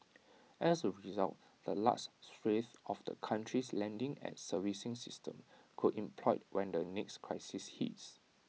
as A result the last swathe of the country's lending and servicing system could implode when the next crisis hits